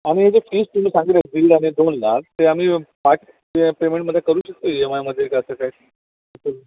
आणि हे जे फीस तुम्ही सांगितलीत दीड आणि दोन लाख ते आम्ही पार्ट पेमेंटमध्ये करू शकतो ई एम आयमध्ये असं काही